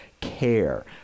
care